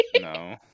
No